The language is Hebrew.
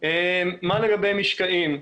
מה לגבי משקעים?